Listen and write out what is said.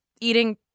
eating